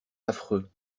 affreux